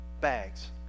bags